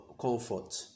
comfort